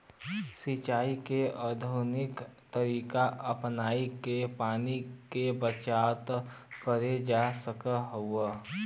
सिंचाई के आधुनिक तरीका अपनाई के पानी के बचत कईल जा सकत हवे